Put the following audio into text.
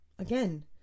Again